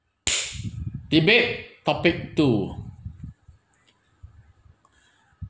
debate topic two